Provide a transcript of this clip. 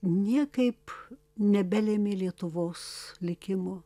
niekaip nebelėmė lietuvos likimo